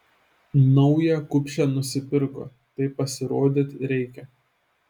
naują kupšę nusipirko tai pasirodyt reikia